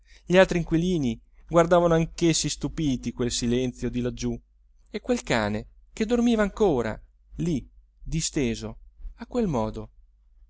gli altri inquilini guardavano anch'essi stupiti quel silenzio di laggiù e quel cane che dormiva ancora lì disteso a quel modo